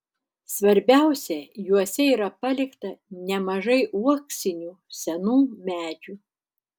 svarbiausia juose yra palikta nemažai uoksinių senų medžių